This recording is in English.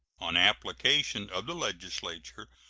on application of the legislature,